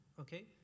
Okay